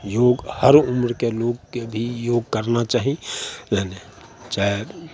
योग हर उम्रके लोगके भी योग करना चाही नइ नइ चाहे